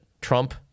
Trump